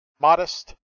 modest